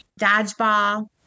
Dodgeball